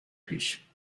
پیش